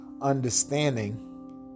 understanding